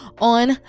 on